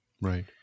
Right